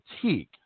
fatigue